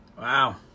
Wow